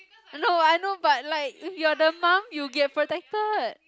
no I know but like if you're the mum you get protected